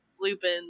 Lupin